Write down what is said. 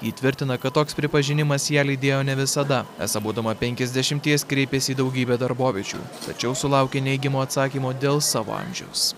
ji tvirtina kad toks pripažinimas ją lydėjo ne visada esą būdama penkiasdešimties kreipėsi į daugybę darboviečių tačiau sulaukė neigiamo atsakymo dėl savo amžiaus